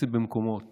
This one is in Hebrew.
שנמצאים במקומות